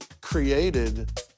created